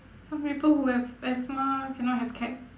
some people who have asthma cannot have cats